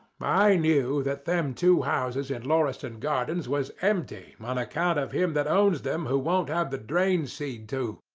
i knew that them two houses in lauriston gardens was empty on account of him that owns them who won't have the drains seen to,